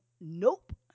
nope